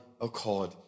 accord